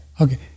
Okay